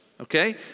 Okay